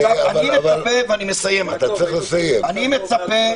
אבל אתה צריך לסיים, עופר.